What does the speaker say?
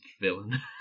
villain